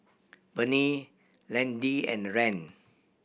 Bernie Landyn and Rand